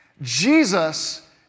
Jesus